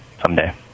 someday